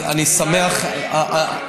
ממש לא נכון.